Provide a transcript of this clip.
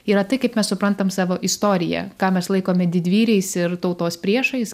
yra tai kaip mes suprantam savo istoriją ką mes laikome didvyriais ir tautos priešais